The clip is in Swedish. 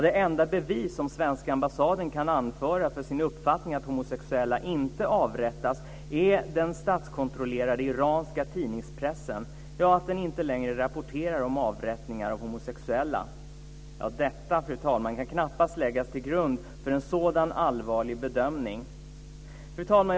Det enda bevis som svenska ambassaden kan anföra för sin uppfattning att homosexuella inte avrättas är att den statskontrollerade iranska tidningspressen inte längre rapporterar om avrättningar av homosexuella. Detta, fru talman, kan knappast läggas till grund för en sådan allvarlig bedömning. Fru talman!